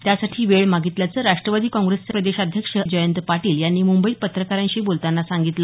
त्यासाठी वेळ मागितल्याचं राष्ट्रवादी काँप्रेसचे प्रदेशाध्यक्ष जयंत पाटील यांनी मुंबईत पत्रकारांशी बोलताना सांगितलं